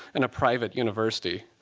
and a private university.